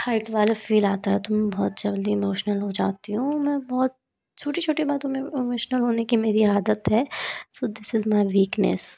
hurt वाला feel आता है तो मैं बहुत जल्दी इमोशनल हो जाती हूँ मैं बहुत छोटी छोटी बातों में इमोशनल होने की मेरी आदत है so this is my weakness